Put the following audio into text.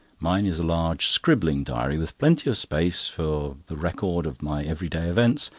mine is a large scribbling diary, with plenty of space for the record of my everyday events,